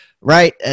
right